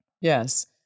Yes